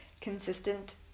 consistent